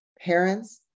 parents